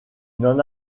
n’en